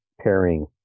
pairing